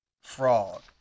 fraud